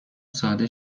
ساده